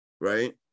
right